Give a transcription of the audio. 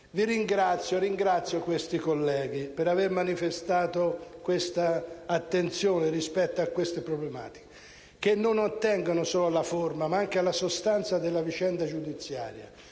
prerogative. Ringrazio i colleghi per aver manifestato l'attenzione rispetto a queste problematiche, che non attengono solo alla forma, ma anche alla sostanza della vicenda giudiziaria.